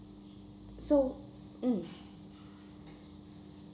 so mm